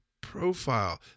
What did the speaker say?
profile